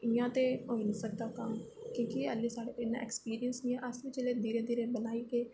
इयां ते नेईं होई सकदा कम्म क्योंकि हल्ली साढ़े कोल इन्ना ऐक्सपीरियंस नेईं ऐ अस बी जेल्लै धीरे धीरे बनाह्गे